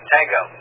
Tango